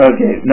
Okay